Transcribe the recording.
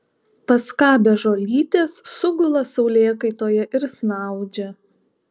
paskabę žolytės sugula saulėkaitoje ir snaudžia